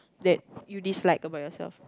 that you dislike about youself